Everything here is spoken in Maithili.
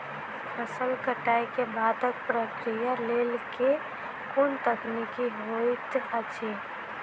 फसल कटाई केँ बादक प्रक्रिया लेल केँ कुन तकनीकी होइत अछि?